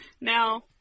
Now